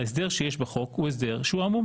ההסדר שיש בחוק הוא הסדר שהוא עמום